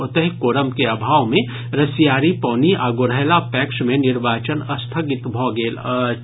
ओतहि कोरम के अभाव मे रसियारी पौनी आ गोढ़ैला पैक्स मे निर्वाचन स्थगित भऽ गेल अछि